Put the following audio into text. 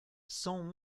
cent